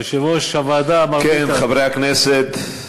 יושב-ראש הוועדה מר ביטן, חברי הכנסת,